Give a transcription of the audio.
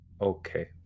Okay